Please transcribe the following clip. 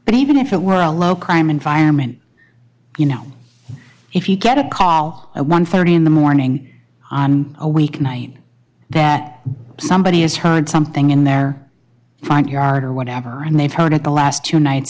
but even if it were a low crime environment you know if you get a call at one thirty in the morning on a weeknight that somebody is high on something in their front yard or whatever and they throw it at the last two nights